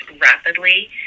rapidly